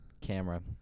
camera